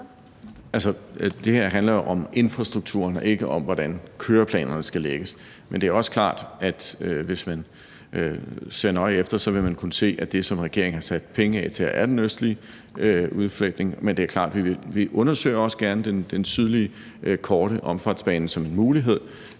det her handler jo om infrastrukturen og ikke om, hvordan køreplanerne skal lægges. Hvis man ser nøje efter, vil man kunne se, at det, som regeringen har sat penge af til, er den østlige udfletning, men det er klart, at vi også gerne undersøger den sydlige korte omfartsbane som en mulighed,